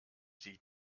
sie